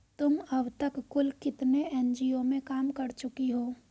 तुम अब तक कुल कितने एन.जी.ओ में काम कर चुकी हो?